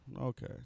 okay